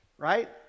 Right